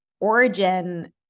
origin